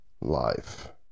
life